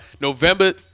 November